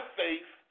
faith